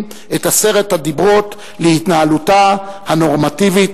את עשרת הדיברות להתנהלותה הנורמטיבית,